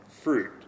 fruit